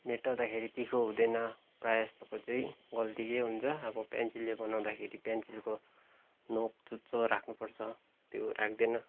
मेटाउँदाखेरि तिखो हुँदैन प्रायः जस्तोको चाहिँ गल्ती यो हुन्छ अब पेन्सिलले बनाउँदाखेरि पेन्सिलको नोक चुच्चो राख्नुपर्छ त्यो राख्दैन